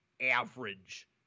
average